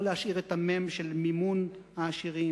לא להשאיר את המ"ם של מימון העשירים,